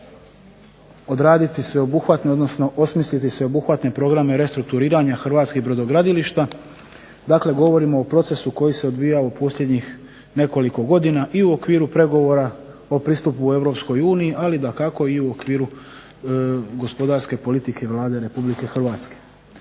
hrvatskih brodogradilišta. Dakle, govorimo o procesu koji se odvijao u posljednjih nekoliko godina i u okviru pregovora o pristupu Europskoj uniji. Ali dakako i u okviru gospodarske politike Vlade Republike Hrvatske.